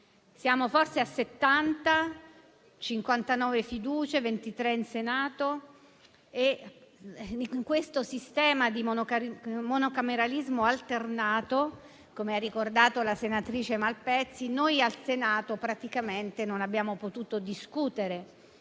Siamo forse a 70, con 59 fiducie, di cui 23 in Senato, e in questo sistema di monocameralismo alternato - come ha ricordato la senatrice Malpezzi - noi al Senato praticamente non abbiamo potuto discutere